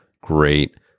great